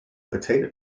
potato